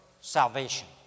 salvation